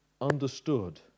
understood